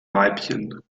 weibchen